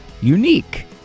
unique